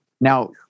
Now